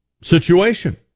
situation